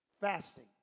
fasting